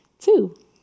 two